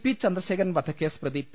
P Chandrasekharan വധക്കേസ് പ്രതി P